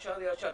ישר,